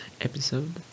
episode